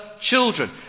Children